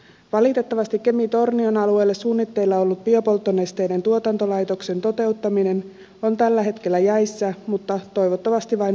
valitettavasti kemintornion alueelle suunnitteilla ollut biopolttonesteiden tuotantolaitoksen toteuttaminen on tällä hetkellä jäissä mutta toivottavasti vain väliaikaisesti